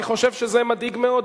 אני חושב שזה מדאיג מאוד,